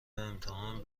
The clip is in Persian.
امتحان